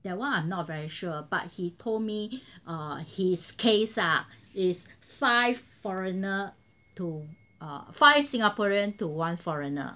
that one I'm not very sure but he told me his case ah is five foreigner to five singaporean to one foreigner